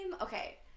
Okay